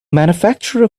manufacturer